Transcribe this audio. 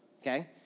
okay